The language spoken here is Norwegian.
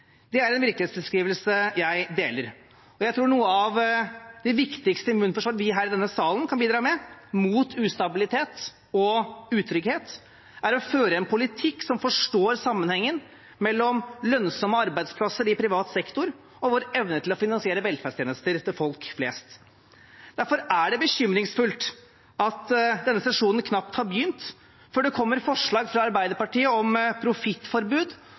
Det er en virkelighetsbeskrivelse jeg deler. Jeg tror noe av det viktigste immunforsvaret mot ustabilitet og utrygghet vi her i denne salen kan bidra med, er å føre en politikk der en forstår sammenhengen mellom lønnsomme arbeidsplasser i privat sektor og vår evne til å finansiere velferdstjenester til folk flest. Derfor er det bekymringsfullt at denne sesjonen knapt har begynt før det kommer forslag fra Arbeiderpartiet om profittforbud